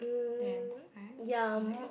then Science Math